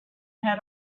had